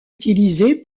utilisée